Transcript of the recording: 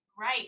right